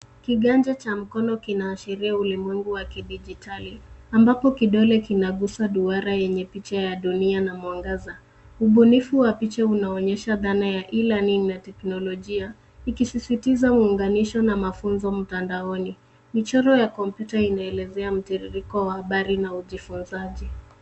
Kiganja cha mkono kinaashiria ulimwengu wa kidijitali ambapo kidole kinagusa duara yenye picha ya dunia na mwangaza. Ubunifu wa picha unaonyesha dhana ya E-Learning na teknolojia, ikisisitiza uunganisho na mafunzo mtandaoni. Michoro ya kompyuta imeelezea mtiririko wa habari na ujifunzaji.